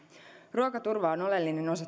ruokaturva on oleellinen osa